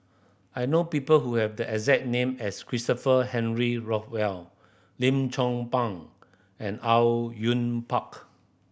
I know people who have the exact name as Christopher Henry Rothwell Lim Chong Pang and Au Yun Pak